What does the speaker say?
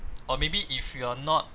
or maybe if you're not